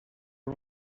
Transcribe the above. are